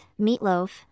meatloaf